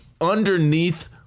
underneath